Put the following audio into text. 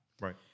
Right